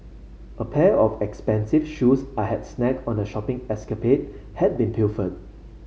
a pair of expensive shoes I had snagged on a shopping escapade had been pilfered